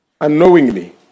Unknowingly